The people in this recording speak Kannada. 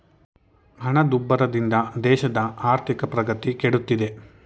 ಹಣದುಬ್ಬರದಿಂದ ದೇಶದ ಆರ್ಥಿಕ ಪ್ರಗತಿ ಕೆಡುತ್ತಿದೆ